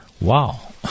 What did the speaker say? Wow